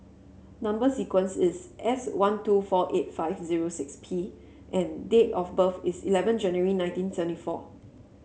number sequence is S one two four eight five zero six P and date of birth is eleven January nineteen seventy four